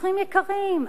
חברים יקרים,